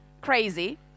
Crazy